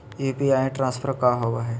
UPI transfer का होव हई?